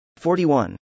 41